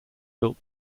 built